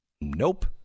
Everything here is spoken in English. Nope